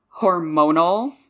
hormonal